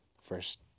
first